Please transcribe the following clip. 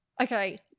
okay